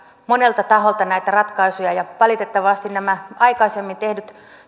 monelta taholta näitä ratkaisuja valitettavasti näillä aikaisemmin tehdyillä